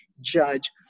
judge